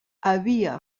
havia